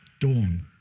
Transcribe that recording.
dawn